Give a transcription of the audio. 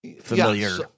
familiar